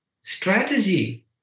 strategy